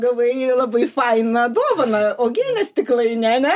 gavai labai fainą dovaną uogienės stiklainį ane